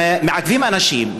הם מעכבים אנשים,